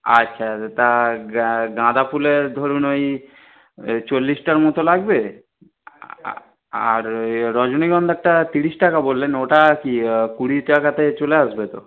আচ্ছা তা গাঁদা ফুলের ধরুন ওই চল্লিশটার মতো লাগবে আর ওই রজনীগন্ধাটা তিরিশ টাকা বললেন ওটা কি কুড়ি টাকাতে চলে আসবে তো